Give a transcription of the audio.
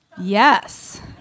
Yes